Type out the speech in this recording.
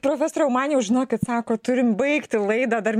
profesoriau man jau žinokit sako turim baigti laidą dar